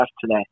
today